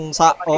sa